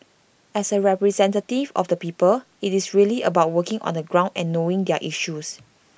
as A representative of the people IT is really about working on the ground and knowing their issues